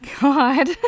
God